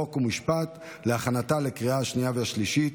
חוק ומשפט, להכנתה לקריאה השנייה והשלישית.